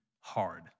hard